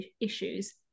issues